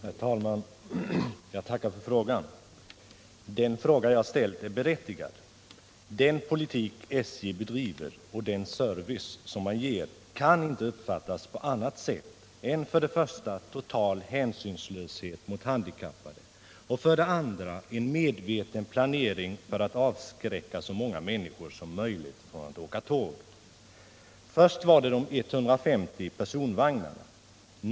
Herr talman! Jag tackar för svaret. Den fråga jag ställt är berättigad. Den politik SJ bedriver och den service man ger kan inte uppfattas på annat sätt än som för det första total hänsynslöshet mot handikappade och för det andra en medveten planering för att avskräcka så många människor som möjligt från att åka tåg. Först var det de 150 personvagnarna.